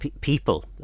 people